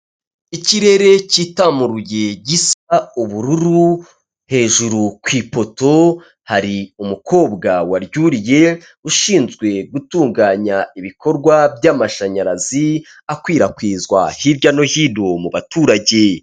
Ikirere cyitamuruye gisa ubururu, hejuru ku ipoto hari umukobwa waryuriye, ushinzwe gutunganya ibikorwa by'amashanyarazi akwirakwizwa hirya no hino mu baturage.